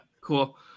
Cool